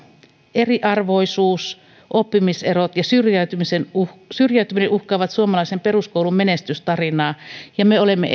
eriarvoisuus oppimiserot ja syrjäytyminen uhkaavat suomalaisen peruskoulun menestystarinaa ja me olemme